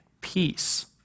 peace